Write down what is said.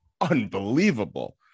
unbelievable